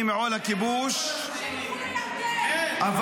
מעול הכיבוש -- שילכו לירדן --- לשבע מדינות ערב.